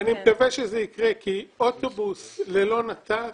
אני מקווה שזה יקרה כי אוטובוס ללא נת"צ,